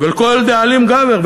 וכל דאלים גבר.